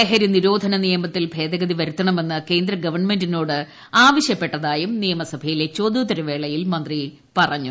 ലഹരി നിരോധന നിയമത്തിൽ ഭേദഗതി വരുത്തണമെന്ന് കേന്ദ്രഗവൺമെന്റിനോട് ആവശൃപ്പെട്ടതായും നിയമസഭയിലെ ചോദ്യോത്തരവേളയിൽ മന്ത്രി പറഞ്ഞു